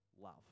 love